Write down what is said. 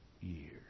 years